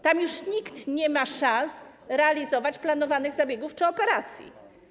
Tam już nikt nie ma szans na realizację planowanych zabiegów czy operacji.